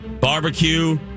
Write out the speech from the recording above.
barbecue